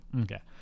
Okay